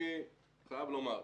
אני חייב לומר,